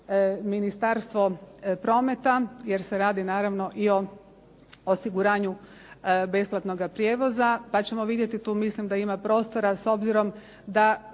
Ministarstvo prometa, jer se radi naravno i o osiguranju besplatnoga prijevoza, pa ćemo vidjeti. Tu mislim da ima prostora s obzirom da